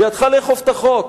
בידך לאכוף את החוק,